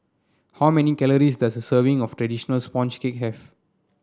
how many calories does a serving of traditional sponge cake have